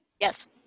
Yes